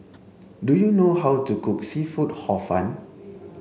Do you know how to cook seafood hor fun